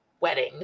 wedding